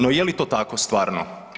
No je li to tako stvarno?